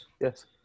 Yes